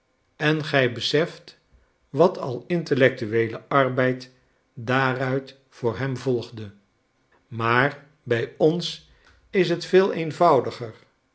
en gij beseft wat al intellectueele arbeid daaruit voor hem volgde maar bij ons is het veel eenvoudiger